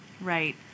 right